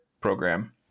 program